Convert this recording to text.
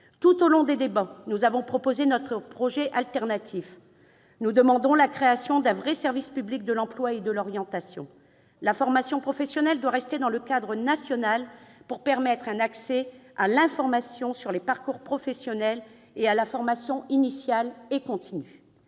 Tout au long des débats, nous avons proposé notre projet alternatif. Nous demandons la création d'un véritable service public de l'emploi et de l'orientation. La formation professionnelle doit rester dans le cadre national pour permettre un égal accès à l'information sur les parcours professionnels et à la formation initiale et continue.